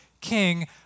king